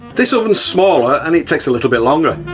this often smaller and it takes a little bit longer.